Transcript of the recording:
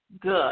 good